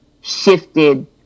shifted